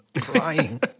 crying